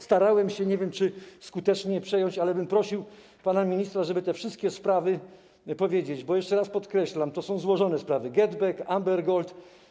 Starałem się, nie wiem, czy skutecznie, to zrobić, ale bym prosił pana ministra, żeby o tych wszystkich sprawach powiedział, bo - jeszcze raz podkreślam - to są złożone sprawy: GetBack, Amber Gold.